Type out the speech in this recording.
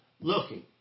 looking